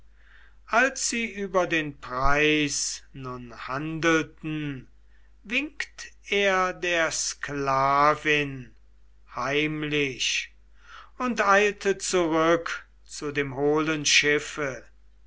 als sie über den preis nun handelten winkt er der sklavin heimlich und eilte zurück zum hohlen schiffe